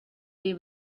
day